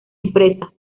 empresas